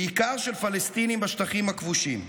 בעיקר של פלסטינים בשטחים הכבושים.